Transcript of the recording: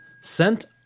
sent